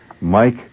Mike